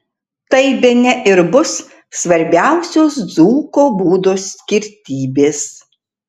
tai bene ir bus svarbiausios dzūko būdo skirtybės